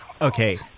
Okay